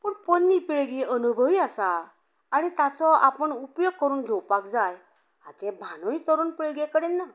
पूण पोरणी पिळगी अनुभवी आसा आनी ताचो आपूण उपयोग करून घेवपाक जाय हाचें भानूय तरूण पिळगे कडेन ना